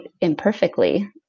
imperfectly